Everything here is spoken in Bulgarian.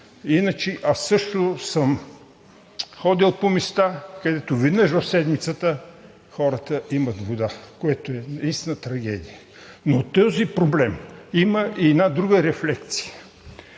Иначе аз също съм ходил по места, където веднъж в седмицата хората имат вода, което е наистина трагедия. Но този проблем има и една друга рефлексия.